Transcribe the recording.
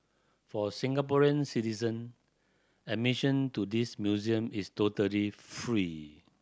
for Singaporean citizen admission to this museum is totally free